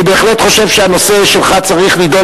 אני בהחלט חושב שהנושא שלך צריך להידון